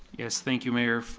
yes thank you mayor.